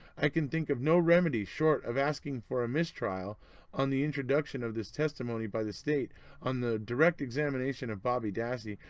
i can think of no remedy short of asking for a mistrial on the introduction of this testimony by the state on the direct examination of bobby dassey,